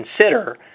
consider